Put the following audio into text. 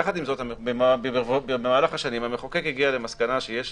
יחד עם זאת, במהלך השנים המחוקק הגיע למסקנה שיש